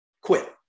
quit